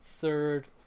third